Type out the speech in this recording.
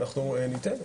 ואנחנו ניתן.